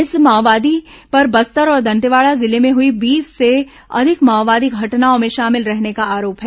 इस माओवादी पर बस्तर और दंतेवाड़ा जिले में हुई बीस से अधिक माओवादी घटनाओं में शामिल रहने का आरोप है